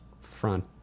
front